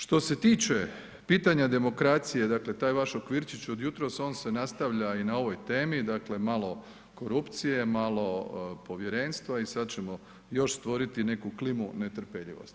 Što se tiče pitanja demokracije, dakle taj vaš okvirčić od jutros, on se nastavlja i na ovoj temi, dakle malo korupcije, malo povjerenstva i sad ćemo još stvoriti neku klimu netrpeljivosti.